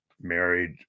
married